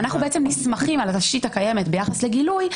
אנחנו בעצם נסמכים על ראשית הקיימת ביחס לגילוי,